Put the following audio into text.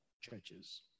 churches